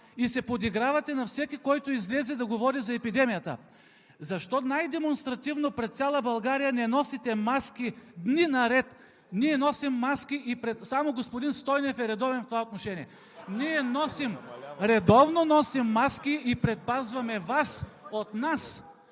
и се подигравате на всеки, който излезе да говори за епидемията? Защо най-демонстративно пред цяла България не носите маски дни наред? Ние носим маски и само господин Стойнев е редовен в това отношение. (Смях.) Ние носим, редовно носим маски и предпазваме Вас от нас,